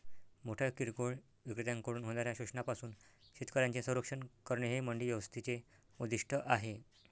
मोठ्या किरकोळ विक्रेत्यांकडून होणाऱ्या शोषणापासून शेतकऱ्यांचे संरक्षण करणे हे मंडी व्यवस्थेचे उद्दिष्ट आहे